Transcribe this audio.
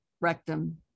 rectum